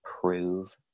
prove